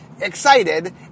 excited